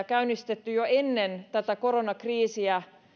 käynnistetty jo ennen tätä koronakriisiä ja